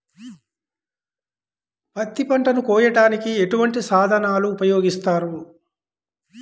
పత్తి పంటను కోయటానికి ఎటువంటి సాధనలు ఉపయోగిస్తారు?